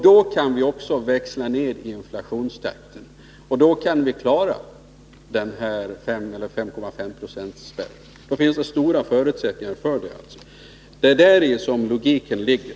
Då kan vi också växla ner inflationstakten och klara 5 eller 5,5-procentspärren. Då finns det alltså goda förutsättningar för det. Det är däri som logiken ligger.